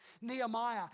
Nehemiah